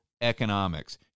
economics